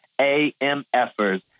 AMFers